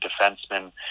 defensemen